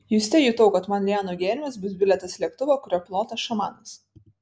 juste jutau kad man lianų gėrimas bus bilietas į lėktuvą kurio pilotas šamanas